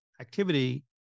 activity